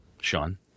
Sean